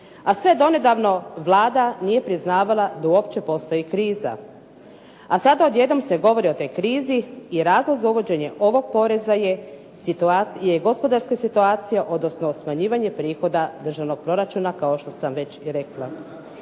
A sve donedavno Vlada nije priznavala da uopće postoji kriza. A sada odjednom se govori o toj krizi i razlog za uvođenje ovog poreza je gospodarska situacija, odnosno smanjivanje prihoda državnog proračuna, kao što sam već i rekla.